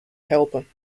helpen